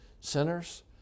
sinners